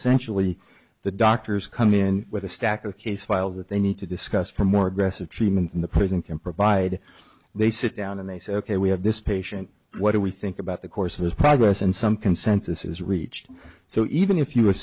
essentially the doctors come in with a stack of case file that they need to discuss for more aggressive treatment than the prison can provide they sit down and they say ok we have this patient what do we think about the course of his progress and some consensus is reached so even if you as